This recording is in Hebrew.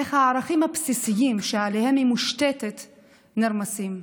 איך הערכים הבסיסים שעליהם היא מושתתת נרמסים.